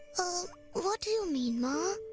what do you mean, momma?